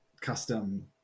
custom